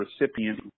recipient